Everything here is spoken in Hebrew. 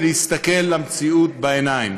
ולהסתכל למציאות בעיניים: